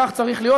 כך צריך להיות,